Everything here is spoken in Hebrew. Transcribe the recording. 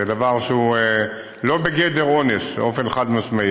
זה דבר שהוא לא בגדר עונש, באופן חד-משמעי.